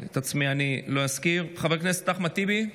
את עצמי אני לא אזכיר, חבר הכנסת אחמד טיבי,